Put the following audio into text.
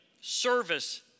service